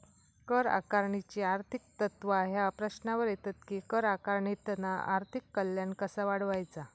कर आकारणीची आर्थिक तत्त्वा ह्या प्रश्नावर येतत कि कर आकारणीतना आर्थिक कल्याण कसा वाढवायचा?